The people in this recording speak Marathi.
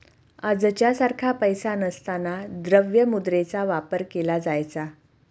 आजच्या सारखा पैसा नसताना द्रव्य मुद्रेचा वापर केला जायचा